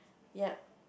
yep